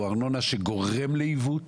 היא ארנונה שגורמת לעיוות.